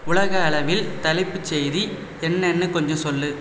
உலகளவில் தலைப்பு செய்தி என்னன்னு கொஞ்சம் சொல்